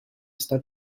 está